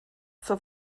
zur